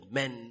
men